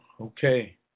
Okay